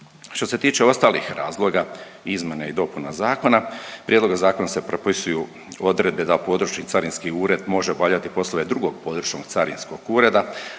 Što se tiče ostalih razloga izmjena i dopuna zakona, prijedloga zakona se propisuju odredbe da područni carinski ured može obavljati poslove drugog područnog carinskog ureda,